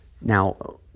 Now